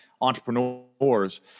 entrepreneurs